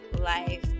life